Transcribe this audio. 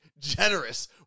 Generous